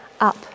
up